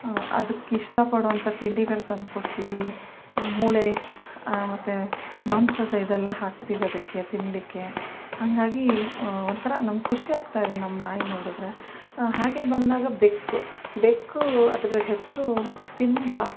ಅದಕ್ಕೆ ಇಷ್ಟಪಡೋಂಥ ತಿಂಡಿಗಳು ತಂದುಕೊಡ್ತೀವಿ ಮೂಳೆ ಮತ್ತು ಮಾಂಸದ ಇದೆಲ್ಲಾ ಹಾಕ್ತೀವಿ ಅದಕ್ಕೆ ತಿನ್ನಲಿಕ್ಕೆ ಹಾಗಾಗಿ ಒಂಥರ ನಮ್ಗೆ ಖುಷ್ಯಾಗ್ತಾಯಿದೆ ನಮ್ಮ ನಾಯಿ ನೋಡಿದ್ರೆ ಹಾಗೆ ಬಂದಾಗ ಬೆಕ್ಕು ಬೆಕ್ಕು ಅದದರ ಹೆಸರು ಸಿಂಬಾ